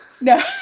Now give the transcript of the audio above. No